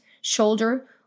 shoulder